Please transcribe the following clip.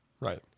Right